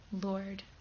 Lord